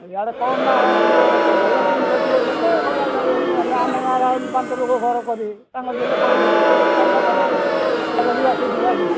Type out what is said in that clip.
ୟାଡ଼େ କ'ଣ ନା ଇଏ ଭଲ ଜିନିଷ ଟିକେ ଦେଲେ ଗଲା ହେଲେ ଆମ ଗାଁର ଆହୁରି ପାଞ୍ଚ ଲୋକ ଘର କରିବେ ତାଙ୍କ ଦେଲେ କହି ସେ ଦୋକାନଟା ଭଲରେ ଭଲ ଯିବା ସେ ଦୋକାନ